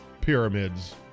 pyramids